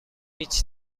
هیچ